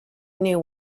knew